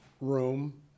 room